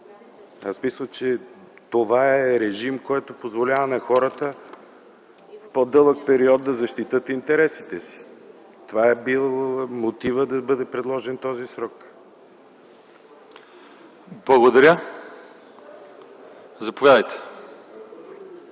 Аз мисля, че това е режим, който позволява на хората в по-дълъг период да защитят интересите си. Това е бил мотивът да бъде предложен този срок. ПРЕДСЕДАТЕЛ